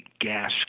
gas